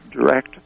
direct